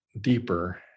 deeper